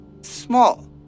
small